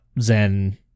zen